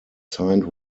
signed